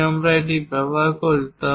যদি আমরা এটি ব্যবহার করি